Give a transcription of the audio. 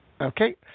Okay